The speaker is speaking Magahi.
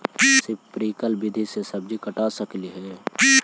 स्प्रिंकल विधि से सब्जी पटा सकली हे?